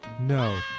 No